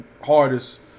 hardest